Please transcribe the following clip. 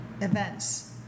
events